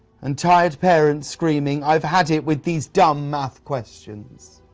and tired parents screaming i've had it with these dumb math questions